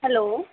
hello